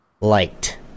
liked